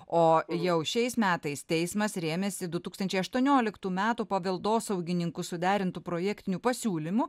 o jau šiais metais teismas rėmėsi du tūkstančiai aštuonioliktų metų paveldosaugininkų suderintu projektiniu pasiūlymu